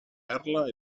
perla